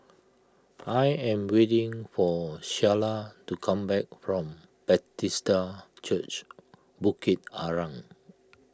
I am waiting for Shayla to come back from Bethesda Church Bukit Arang